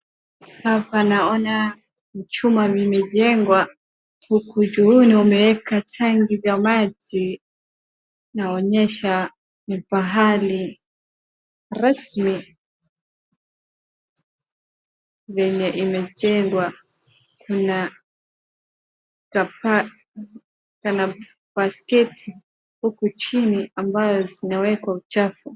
Hapa naona chumba imejengwa, huku juu umewekwa tanki vya maji, naonyesha ni pahali rasmi venye imejengwa. Kuna basketi huku chini ambayo zinawekwa uchafu.